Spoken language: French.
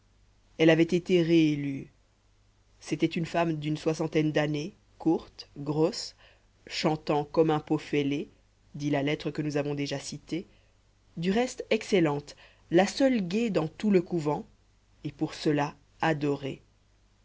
elle avait été réélue c'était une femme d'une soixantaine d'années courte grosse chantant comme un pot fêlé dit la lettre que nous avons déjà citée du reste excellente la seule gaie dans tout le couvent et pour cela adorée